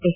S